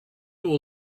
will